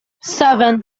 seven